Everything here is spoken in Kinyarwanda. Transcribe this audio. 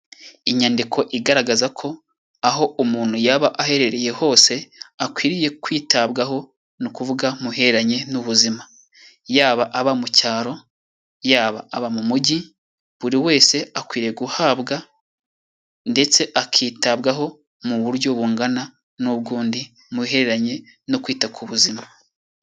Inyandiko igaragaza ko aho umuntu yaba aherereye hose akwiriye kwitabwaho; ni ukuvuga mubihereranye n'ubuzima; yaba aba mu cyaro, yaba aba mu mujyi, buri wese akwiye guhabwa ndetse akitabwaho mu buryo bungana n'ubw'undi mu bihereranye no kwita ku buzima.